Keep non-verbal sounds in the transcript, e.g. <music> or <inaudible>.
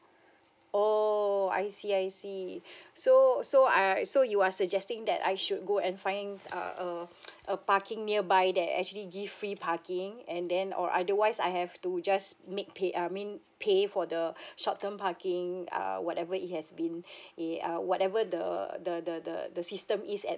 oh I see I see so so I I so you are suggesting that I should go and find uh a <noise> a parking nearby that actually give free parking and then or otherwise I have to just make pay uh I mean pay for the short term parking err whatever it has been eh uh whatever the the the the the system is at